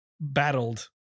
battled